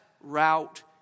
route